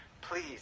Please